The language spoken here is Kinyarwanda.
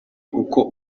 uko